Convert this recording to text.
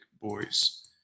boys